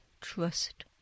trust